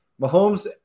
Mahomes